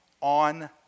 on